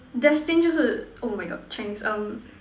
destined 就是 oh my God Chinese um